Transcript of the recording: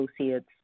associates